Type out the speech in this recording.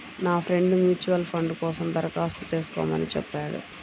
నా friend mutual fund కోసం దరఖాస్తు చేస్కోమని చెప్పాడు